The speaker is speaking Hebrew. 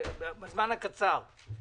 תוך זמן קצר,